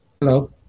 Hello